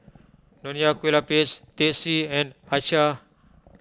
Nonya Kueh Lapis Teh C and Acar